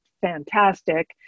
fantastic